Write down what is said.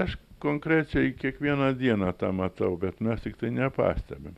aš konkrečiai kiekvieną dieną tą matau bet mes tiktai nepastebim